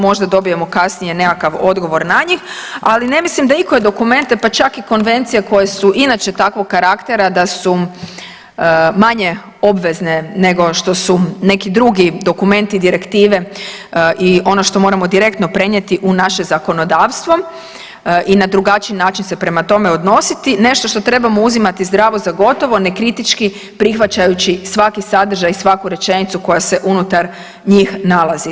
Možda dobijemo kasnije nekakav odgovor na njih, ali ne mislim da ikoje dokumente pa čak i konvencije koje su inače takvog karaktera da su manje obvezne nego što su neki drugi dokumenti i direktive i ono što moramo direktno prenijeti u naše zakonodavstvo i na drugačiji se prema tome odnositi nešto što trebamo uzimati zdravo za gotovo, nekritički prihvaćajući svaki sadržaj i svaku rečenicu koja se unutar njih nalazi.